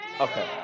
Okay